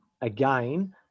again